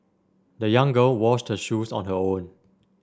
the young girl washed her shoes on her own